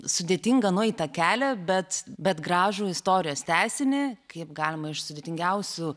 sudėtingą nueitą kelią bet bet gražų istorijos tęsinį kaip galima iš sudėtingiausių